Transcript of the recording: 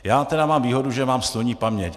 Já tedy mám výhodu, že mám sloní paměť.